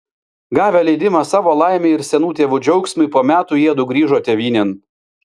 gavę leidimą savo laimei ir senų tėvų džiaugsmui po metų jiedu grįžo tėvynėn